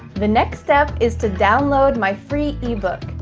the next step is to download my free ebook,